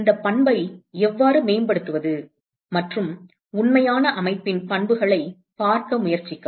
இந்த பண்பை எவ்வாறு மேம்படுத்துவது மற்றும் உண்மையான அமைப்பின் பண்புகளைப் பார்க்க முயற்சிக்கவும்